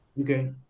Okay